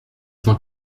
cent